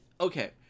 okay